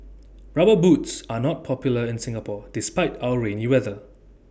rubber boots are not popular in Singapore despite our rainy weather